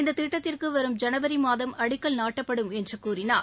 இந்த திட்டத்திற்கு வரும் ஜனவரி மாதம் அடிக்கல் நாட்டப்படும் என்று கூறினார்